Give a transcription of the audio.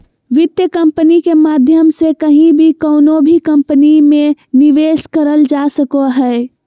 वित्त कम्पनी के माध्यम से कहीं भी कउनो भी कम्पनी मे निवेश करल जा सको हय